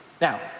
Now